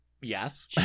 yes